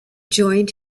joined